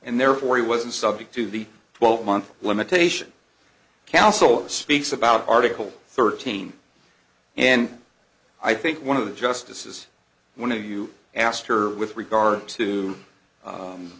and therefore he wasn't subject to the twelve month limitation council speaks about article thirteen and i think one of the justices one of you asked her with regard to